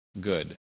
good